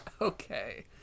Okay